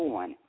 one